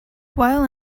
while